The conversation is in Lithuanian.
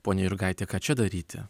pone jurgaiti ką čia daryti